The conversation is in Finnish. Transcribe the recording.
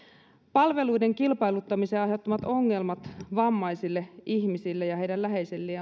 palveluiden kilpailuttamisen aiheuttamat ongelmat vammaisille ihmisille ja heidän läheisilleen